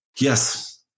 Yes